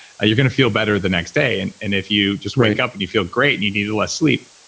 you're going to feel better the next day. and and if you just wake up and you feel great, and you need less sleep.